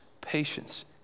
patience